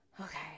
Okay